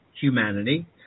humanity